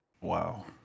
Wow